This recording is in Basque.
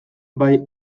bai